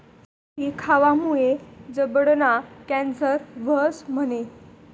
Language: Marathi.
सुपारी खावामुये जबडाना कॅन्सर व्हस म्हणे?